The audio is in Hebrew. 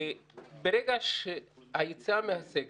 ברגע שהיציאה מהסגר,